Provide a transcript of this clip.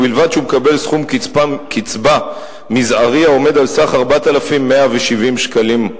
ובלבד שהוא מקבל סכום קצבה מזערי העומד על סך 4,170 שקלים.